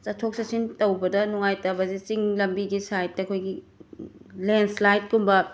ꯆꯠꯊꯣꯛ ꯆꯠꯁꯤꯟ ꯇꯧꯕꯗ ꯅꯨꯡꯉꯥꯏꯇꯕꯁꯦ ꯆꯤꯡ ꯂꯝꯕꯤꯒꯤ ꯁꯥꯏꯠꯇ ꯑꯩꯈꯣꯏꯒꯤ ꯂꯦꯟꯏꯁꯂꯥꯏꯠꯀꯨꯝꯕ